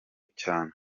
cyane